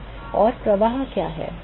और प्रवाह क्या है